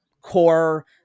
core